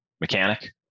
mechanic